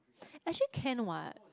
actually can [what]